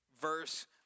verse